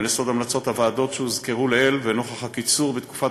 על יסוד המלצות הוועדות שהוזכרו לעיל ונוכח הקיצור בתקופת